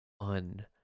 on